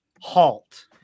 halt